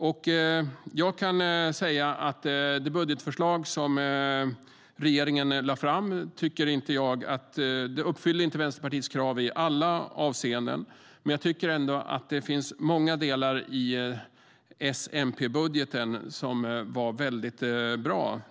Jag kan säga att det budgetförslag regeringen lade fram inte uppfyller Vänsterpartiets krav i alla avseenden, men jag tycker ändå att det finns många delar i S-MP-budgeten som är väldigt bra.